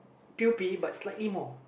P_O_P but slightly more